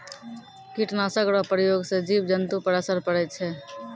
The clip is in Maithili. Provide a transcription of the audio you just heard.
कीट नाशक रो प्रयोग से जिव जन्तु पर असर पड़ै छै